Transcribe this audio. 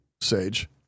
Sage